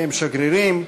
בהם שגרירים,